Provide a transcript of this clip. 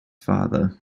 father